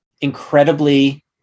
incredibly